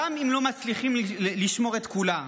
גם אם לא מצליחים לשמור את כולה,